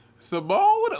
Simone